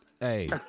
Hey